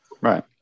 right